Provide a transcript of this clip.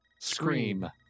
Scream